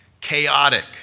chaotic